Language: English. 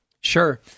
Sure